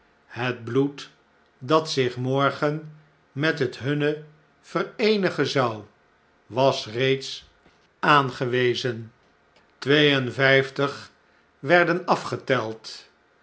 het bloed dat zich morgen met net hunne vereenigen zou was reeds aangewezen twee en vijftig werden afgeteld